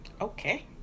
Okay